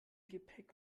gepäck